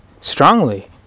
strongly